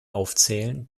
aufzählen